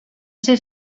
ser